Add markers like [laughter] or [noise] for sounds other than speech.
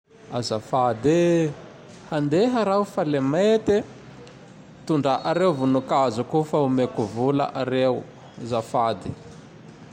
[noise] Azafady e! [noise] Handeha [noise] raho [noise] fa le [noise] mete, [noise] tondra areo [noise] vonikazoko o [noise] fa omeko [noise] vola [noise] areo; zafady!